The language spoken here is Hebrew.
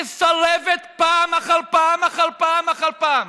מסרבת פעם אחר פעם אחר פעם אחר פעם